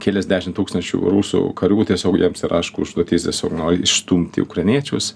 keliasdešim tūkstančių rusų karių tiesiog jiems yra aišku užduotis tiesiog no išstumti ukrainiečius